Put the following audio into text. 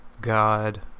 God